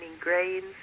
grains